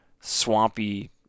swampy